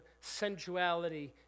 sensuality